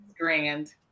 grand